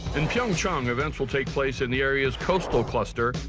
in pyeongchang events will take place in the area's coastal cluster,